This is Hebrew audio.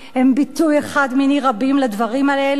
הם ביטוי אחד מני רבים לדברים האלו.